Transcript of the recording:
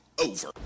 over